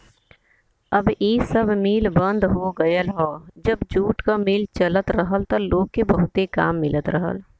अब इ सब मिल बंद हो गयल हौ जब जूट क मिल चलत रहल त लोग के बहुते काम मिलत रहल